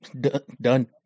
done